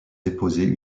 déposer